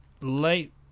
late